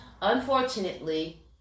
unfortunately